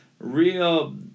real